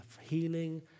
healing